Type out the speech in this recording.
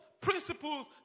principles